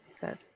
Good